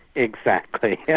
exactly. yeah